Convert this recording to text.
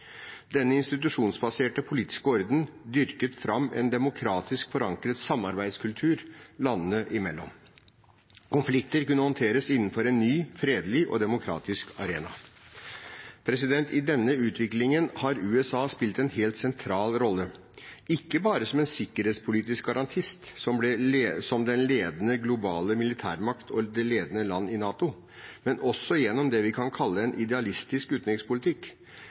Denne institusjonsbaserte politiske orden dyrket fram en demokratisk forankret samarbeidskultur landene imellom. Konflikter kunne håndteres innenfor en ny, fredelig og demokratisk arena. I denne utviklingen har USA spilt en helt sentral rolle, ikke bare som en sikkerhetspolitisk garantist som den ledende globale militærmakt og det ledende landet i NATO, men også gjennom det vi kan kalle en idealistisk utenrikspolitikk.